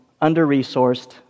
under-resourced